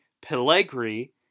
Pellegrini